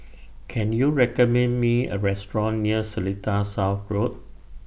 Can YOU recommend Me A Restaurant near Seletar South Road